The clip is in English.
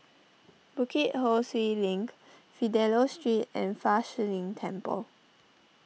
Bukit Ho Swee Link Fidelio Street and Fa Shi Lin Temple